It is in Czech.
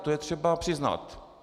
To je třeba přiznat.